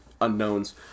unknowns